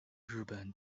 日本